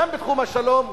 גם בתחום השלום,